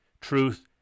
truth